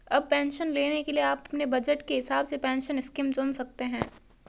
अब पेंशन लेने के लिए आप अपने बज़ट के हिसाब से पेंशन स्कीम चुन सकते हो